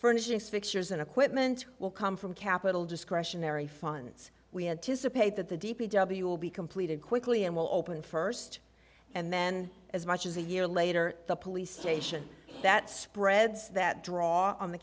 furnishings fixtures and equipment will come from capitol discretionary funds we anticipate that the d p w will be completed quickly and will open first and then as much as a year later the police station that spreads that draw on the